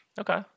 Okay